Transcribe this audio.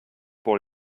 pour